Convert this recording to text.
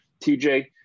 tj